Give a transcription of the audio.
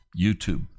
YouTube